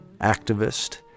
activist